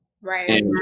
Right